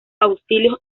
auxilios